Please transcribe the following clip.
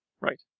right